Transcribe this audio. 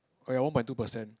oh ya one point two percent